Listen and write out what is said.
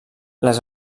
les